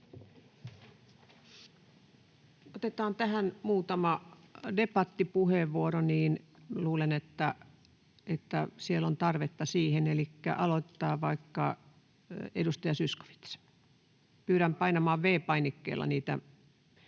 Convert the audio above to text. Otetaan tähän muutama debattipuheenvuoro. Luulen, että siellä on tarvetta siihen. — Elikkä vaikka edustaja Zyskowicz aloittaa. — Pyydän painamaan V-painikkeella.